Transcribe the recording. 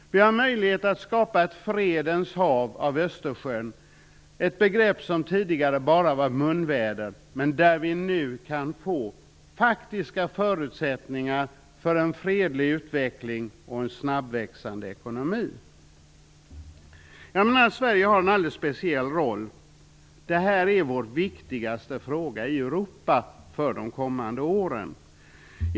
Vi har möjlighet att skapa ett fredens hav av Östersjön, ett begrepp som tidigare bara var munväder, men där vi nu kan få faktiska förutsättningar för en fredlig utveckling och en snabbväxande ekonomi. Jag menar att Sverige har en alldeles speciell roll. Det här är vår viktigaste fråga i Europa för de kommande åren.